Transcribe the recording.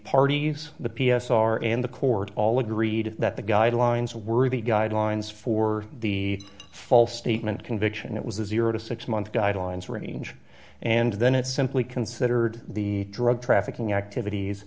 parties the p s r and the court all agreed that the guidelines were the guidelines for the false statement conviction it was a zero to six months guidelines range and then it simply considered the drug trafficking activities